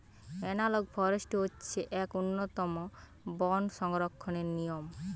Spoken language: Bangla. এনালগ ফরেষ্ট্রী হচ্ছে এক উন্নতম বন সংরক্ষণের নিয়ম